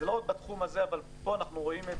לא רק בתחום הזה, אבל פה זה הכי בולט